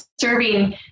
serving